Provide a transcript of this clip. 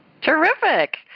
Terrific